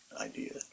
idea